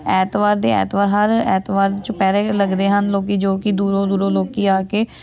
ਐਤਵਾਰ ਦੇ ਐਤਵਾਰ ਹਰ ਐਤਵਾਰ ਚੁਪਹਿਰੇ ਲੱਗਦੇ ਹਨ ਲੋਕ ਜੋ ਕਿ ਦੂਰੋਂ ਦੂਰੋਂ ਲੋਕ ਆ ਕੇ